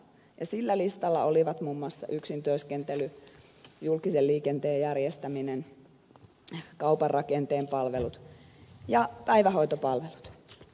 sillä listalla olivat muun muassa yksintyöskentely julkisen liikenteen järjestäminen kaupan rakenteen palvelut ja päivähoitopalvelut